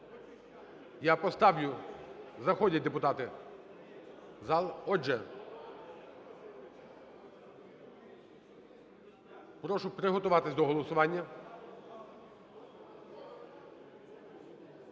Я поставлю… Заходять депутати в зал. Отже, прошу приготуватись до голосування.